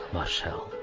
Marcel